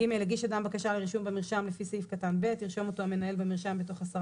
"(ג)הגיש אדם בקשה לרישום במרשם לפי סעיף קטן (ב),